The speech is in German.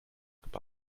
gebaut